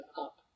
up